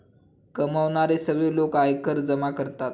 कमावणारे सगळे लोक आयकर जमा करतात